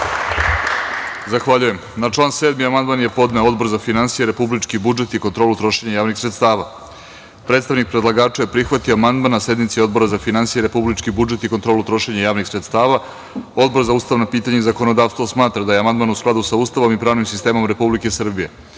Zahvaljujem. Na član 7. amandman je podneo Odbor za finansije, republički budžet i kontrolu trošenja javnih sredstava. Predstavnik predlagača je prihvatio amandman na sednici Odbora za finansije, republički budžet i kontrolu trošenja javnih sredstava. Odbor za ustavna pitanja i zakonodavstvo smatra da je amandman u skladu sa Ustavom i pravnim sistemom Republike